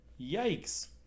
Yikes